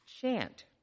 chant